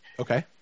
Okay